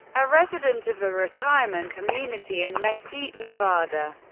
a resident of a retirement community in mesquite, nevada.